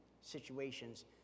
situations